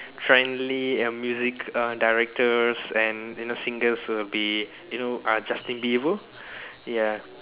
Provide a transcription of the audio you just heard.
trendy um music uh directors and you know singles will be you know uh Justin-Bieber